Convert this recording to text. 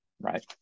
right